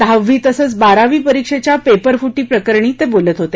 दहावी तसंच बारावी परीक्षेच्या पेपरफुटी प्रकरणी ते बोलत होते